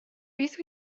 beth